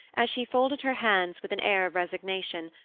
as she folded her hands with an air of resignation,